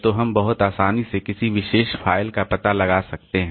तो हम बहुत आसानी से किसी विशेष फ़ाइल का पता लगा सकते हैं